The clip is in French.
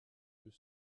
deux